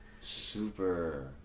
super